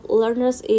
learners